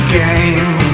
game